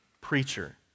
preacher